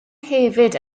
hefyd